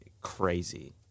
crazy